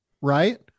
right